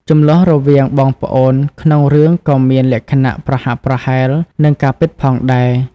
ជម្លោះរវាងបងប្អូនក្នុងរឿងក៏មានលក្ខណៈប្រហាក់ប្រហែលនឹងការពិតផងដែរ។